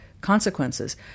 consequences